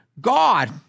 God